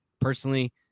Personally